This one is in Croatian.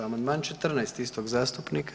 Amandman 14 istog zastupnika.